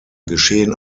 geschehen